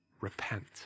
Repent